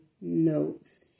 notes